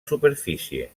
superfície